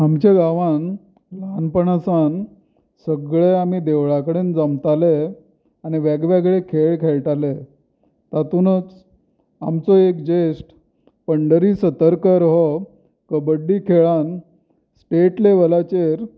आमच्या गांवांत ल्हानपणा सावन सगळे आमी देवळा कडेन जमताले आनी वेगवेगळे खेळ खेळटाले तातूंतच आमचो एक जेश्ट पंडरी सतरकर हो कबड्डी खेळांत स्टेट लेवलाचेर